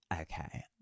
Okay